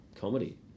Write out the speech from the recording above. comedy